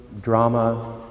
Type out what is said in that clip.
drama